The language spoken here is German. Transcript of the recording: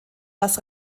das